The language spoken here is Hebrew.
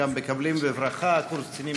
אנחנו גם מקבלים בברכה קורס קצינים